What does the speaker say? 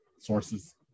sources